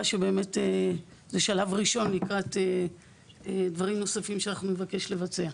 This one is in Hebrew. שזה השלב הראשון לקראת דברים נוספים שנבקש לבצע.